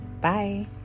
Bye